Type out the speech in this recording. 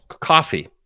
coffee